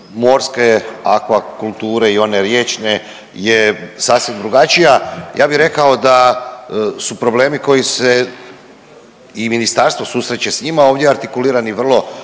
morske akvakulture i one riječne je sasvim drugačija. Ja bi rekao da su problemi koji se i ministarstvo susreće s njima ovdje artikulirani vrlo